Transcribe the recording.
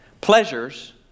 Pleasures